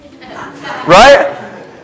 Right